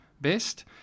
best